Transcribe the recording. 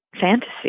fantasy